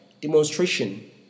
demonstration